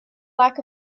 lack